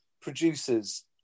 producers